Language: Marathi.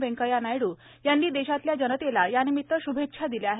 वेंकय्या नायडू यांनी देशातल्या जनतेला यानिमित शुभेच्छा दिल्या आहेत